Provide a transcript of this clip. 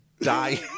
Die